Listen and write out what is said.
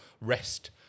Rest